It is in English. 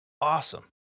awesome